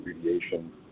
radiation